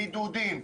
בידודים,